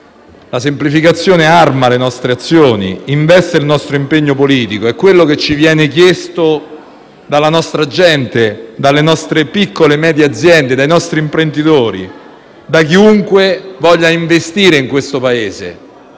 la semplificazione arma le nostre azioni, investe il nostro impegno politico, è quello che ci viene chiesto dalla nostra gente, dalle nostre piccole medie aziende, dai nostri imprenditori, da chiunque voglia investire in questo Paese,